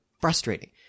frustrating